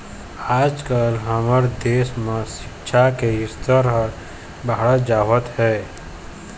आजकाल हमर देश म सिक्छा के स्तर ह बाढ़त जावत हे